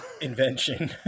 Invention